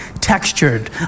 textured